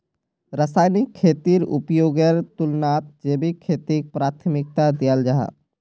रासायनिक खेतीर उपयोगेर तुलनात जैविक खेतीक प्राथमिकता दियाल जाहा